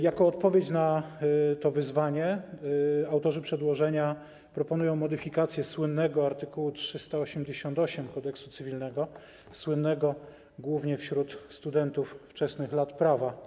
Jako odpowiedź na to wyzwanie autorzy przedłożenia proponują modyfikację słynnego art. 383 Kodeksu cywilnego, słynnego głównie wśród studentów wczesnych lat prawa.